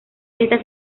esta